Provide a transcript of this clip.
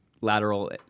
lateral